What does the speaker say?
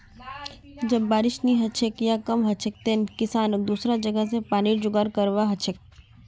जब बारिश नी हछेक या कम हछेक तंए किसानक दुसरा जगह स पानीर जुगाड़ करवा हछेक